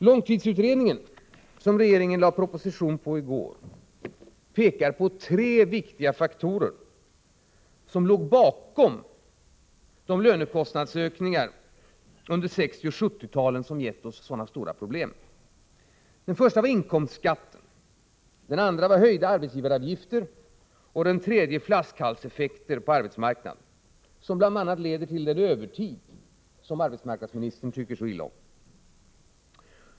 Långtidsutredningen — som regeringen lade fram en proposition om i går — pekar på tre viktiga faktorer som låg bakom lönekostnadsökningarna under 1960 och 1970-talen och som gett oss sådana stora problem. Den första är inkomstskatten, den andra är höjda arbetsgivaravgifter, och den tredje är flaskhalseffekter på arbetsmarknaden, som bl.a. leder till den övertid som arbetsmarknadsministern tycker så illa om.